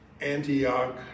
Antioch